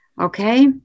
Okay